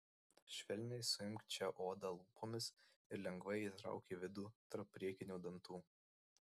švelniai suimk čia odą lūpomis ir lengvai įtrauk į vidų tarp priekinių dantų